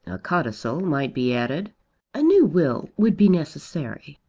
a codicil might be added a new will would be necessary.